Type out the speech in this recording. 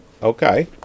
Okay